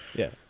yeah.